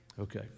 okay